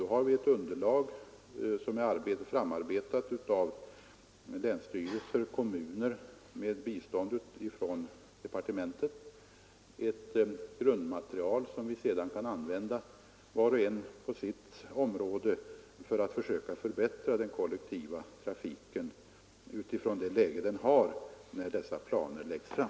Då har vi ett underlag framarbetat av länsstyrelser och kommuner med bistånd från departe mentet, och det är ett grundmaterial som vi kan använda var och en på sitt område för att försöka förbättra den kollektiva trafiken utifrån det läge den har när dessa planer läggs fram.